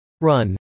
Run